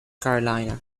carolina